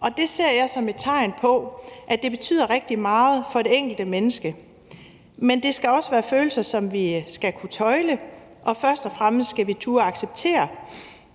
og det ser jeg som et tegn på, at det betyder rigtig meget for det enkelte menneske. Men det er også følelser, som vi skal kunne tøjle, og først og fremmest skal vi turde acceptere